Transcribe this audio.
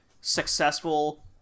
successful